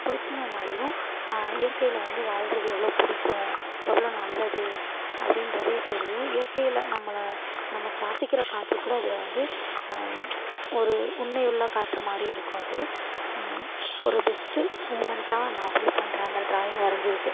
பிடிச்சிருந்தனாலையும் இயற்கையில் வந்து வாழ்வது எவ்வளோ பிடிக்கும் எவ்வளோ நல்லது அப்படின்றது தெரியும் இயற்கையில் நம்மளை நம்ம சுவாசிக்கிற காற்று கூட அதில் வந்து ஒரு உண்மையுள்ள காற்று மாதிரி இருக்கும் அது ஒரு பெஸ்ட்டு மூமென்ட்டாக நான் ஃபீல் பண்ணுறேன் அந்த ட்ராயிங் வரைஞ்சதுக்கு